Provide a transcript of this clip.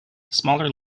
smaller